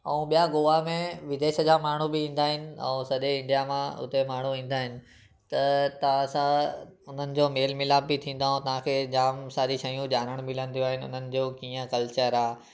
ऐं ॿिया गोवा में विदेश जा माण्हू बि ईंदा आहिनि ऐं सॼे इंडिया मां उते माण्हू ईंदा आहिनि त तव्हां सां उन्हनि जो मेल मिलाप बि थींदो ऐं तव्हांखे जाम सारी शयूं ॼाणण मिलंदियूं आहिनि उन्हनि जो कीअं कल्चर आहे